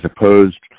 opposed